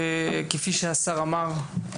כפי שהשר אמר,